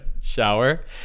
shower